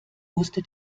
musste